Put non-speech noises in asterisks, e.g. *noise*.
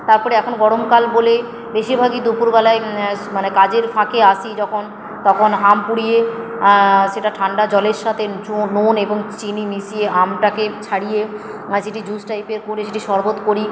তার পরে এখন গরমকাল বলে বেশিরভাগই দুপুরবেলায় মানে কাজের ফাঁকে আসি যখন তখন আম পুড়িয়ে সেটা ঠান্ডা জলের সাথে *unintelligible* নুন এবং চিনি মিশিয়ে আমটাকে ছাড়িয়ে সেটি জুস টাইপের করে সেটি শরবত করি